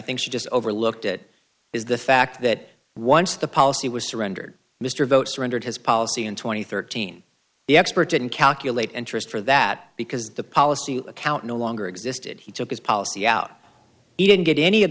think she just overlooked it is the fact that once the policy was surrendered mr vote surrendered his policy in two thousand and thirteen the expert didn't calculate interest for that because the policy account no longer existed he took his policy out he didn't get any of